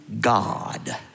God